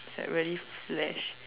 it's like really flesh